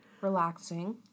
Relaxing